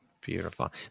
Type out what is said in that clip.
Beautiful